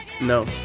No